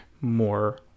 more